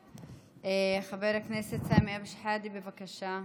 חבר הכנסת סמי אבו שחאדה, בבקשה.